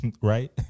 Right